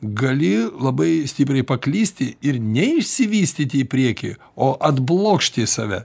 gali labai stipriai paklysti ir neišsivystyti į priekį o atblokšti į save